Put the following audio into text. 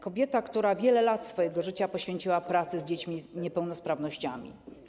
Kobieta, która wiele lat swojego życia poświęciła pracy z dziećmi z niepełnosprawnościami.